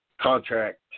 contract